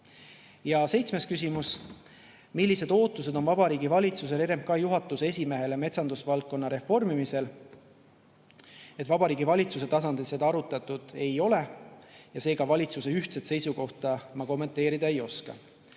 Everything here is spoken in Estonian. Seitsmes küsimus: "Millised ootused on Vabariigi Valitsusel RMK juhatuse esimehele metsandusvaldkonna reformimisel?" Vabariigi Valitsuse tasandil seda arutatud ei ole ja seega valitsuse ühtset seisukohta ma kommenteerida ei oska.